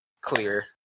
clear